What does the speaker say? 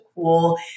cool